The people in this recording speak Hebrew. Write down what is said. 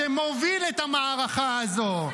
שמוביל את המערכה הזו,